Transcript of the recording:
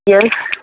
yes